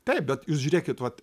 taip bet jūs žiūrėkit vat